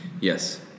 Yes